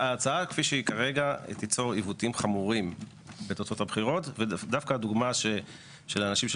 ההצעה כפי שהיא כרגע תיצור עיוותים בתוצאות הבחירות והדוגמה של אחיסמך